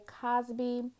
Cosby